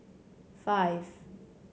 five